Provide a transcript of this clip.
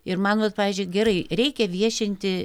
ir man vat pavyzdžiui gerai reikia viešinti